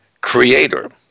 Creator